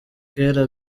kera